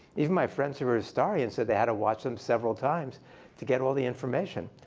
even my friends who are historians said they had to watch them several times to get all the information.